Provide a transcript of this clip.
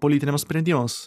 politiniams sprendimams